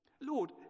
Lord